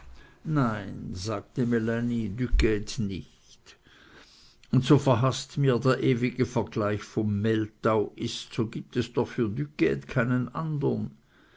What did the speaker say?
nein sagte melanie duquede nicht und so verhaßt mir der ewige vergleich vom mehltau ist so gibt es doch für duquede keinen andern